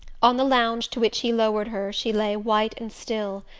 on the lounge to which he lowered her she lay white and still,